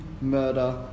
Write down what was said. murder